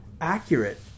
accurate